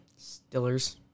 Stillers